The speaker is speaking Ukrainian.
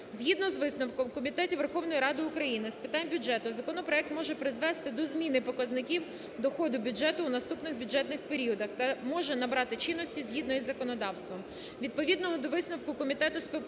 Згідно з висновком Комітет Верховної Ради України з питань бюджету законопроект може призвести до зміни показників доходу бюджету в наступних бюджетних періодах та може набрати чинності згідно із законодавством.